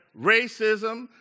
racism